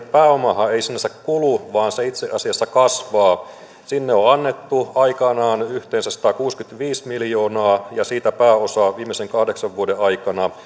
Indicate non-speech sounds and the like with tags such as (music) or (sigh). pääomahan ei sinänsä kulu vaan se itse asiassa kasvaa sinne on annettu aikanaan yhteensä satakuusikymmentäviisi miljoonaa ja siitä pääosa viimeisen kahdeksan vuoden aikana (unintelligible)